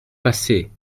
passez